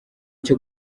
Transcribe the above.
cyo